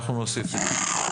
אנחנו נוסיף את זה.